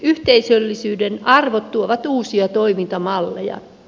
yhteisöllisyyden arvot tuovat uusia toimintamalleja